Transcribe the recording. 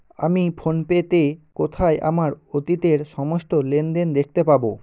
আমি ফোনপেতে কোথায় আমার অতীতের সমস্ত লেনদেন দেখতে পাবো